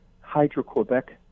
Hydro-Quebec